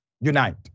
unite